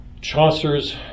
Chaucer's